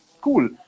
cool